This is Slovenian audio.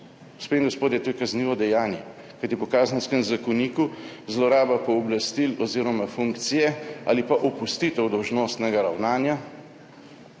in gospodje, to je kaznivo dejanje. Kajti po Kazenskem zakoniku zloraba pooblastil oziroma funkcije ali opustitev dolžnostnega ravnanja